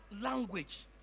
language